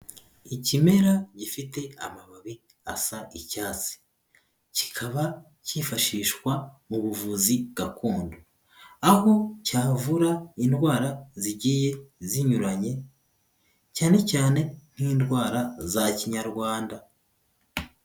Ikimera gifite amababi asa icyatsi, kikaba cyifashishwa mu buvuzi gakondo, aho cyavura indwara zigiye zinyuranye, cyane cyane nk'indwara za kinyarwanda.